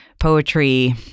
Poetry